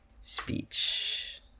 Speech